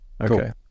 Okay